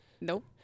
Nope